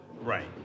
Right